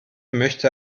möchte